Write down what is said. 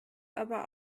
aber